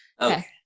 Okay